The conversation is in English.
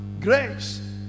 grace